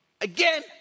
again